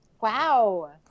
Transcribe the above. Wow